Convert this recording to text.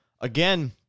again